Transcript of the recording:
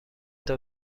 حتی